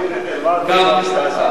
רגילה, זה לא רגילה.